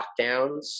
lockdowns